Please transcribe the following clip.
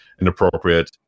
inappropriate